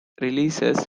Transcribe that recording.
releases